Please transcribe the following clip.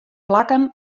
plakken